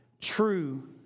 true